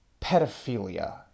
pedophilia